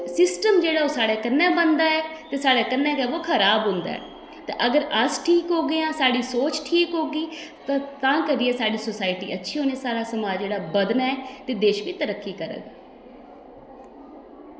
system जेह्ड़ा ऐ ओह् साढ़े कन्नै बनदा ऐ ते साढ़े कन्नै गै ओह् खराब होंदा ऐ ते अगर अस ठीक होग्गे आं साढ़ी सोच ठीक होग्गी तां करियै साढ़ी सोसायटी अच्छी होनी साढ़ा समाज जेह्ड़ा बधना ऐ ते देश बी तरक्की करग